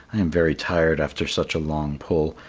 i am very tired after such a long pull.